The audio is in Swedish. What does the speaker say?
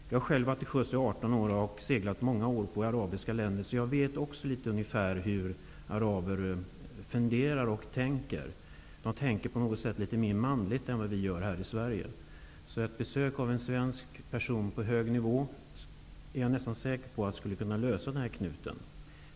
Jag har själv under 18 år varit till sjöss och seglat många år på arabiska länder, och även jag vet ungefär hur araber tänker. De tänker på något sätt litet mera manligt än vad vi gör här i Sverige. Jag är nästan säker på att ett besök av en svensk person på hög nivå skulle kunna lösa den här knuten.